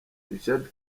richard